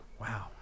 Wow